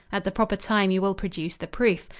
at the proper time you will produce the proof.